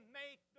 make